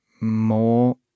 more